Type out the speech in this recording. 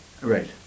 Right